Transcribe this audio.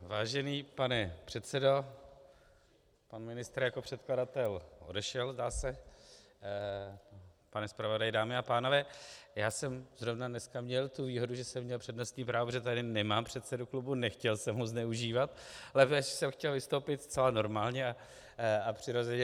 Vážený pane předsedo, pan ministr jako předkladatel odešel, zdá se, pane zpravodaji, dámy a pánové, já jsem zrovna dneska měl tu výhodu, že jsem měl přednostní právo, protože tady nemám předsedu klubu, nechtěl jsem ho zneužívat, poněvadž jsem chtěl vystoupit zcela normálně a přirozeně.